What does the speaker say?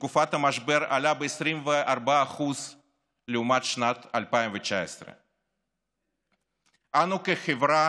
בתקופת המשבר עלה ב־24% לעומת שנת 2019. אנו כחברה